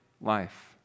life